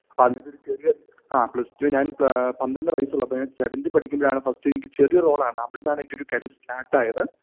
അപ്പതിൻറ്റൊരു പേര്ല് ആ plus two ഞാൻ പന്ത്രണ്ട് വയസ്സുള്ളപ്പോൾ ഞാൻ സെവൻത്തി പഠിക്കുമ്പോഴാണ് ഫസ്റ്റ് എനിക്ക് ചെറിയ റോളാണ് അവിടുന്നാണ് എൻറ്റൊരു കരിയർ സ്റ്റാട്ടായത്